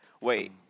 Wait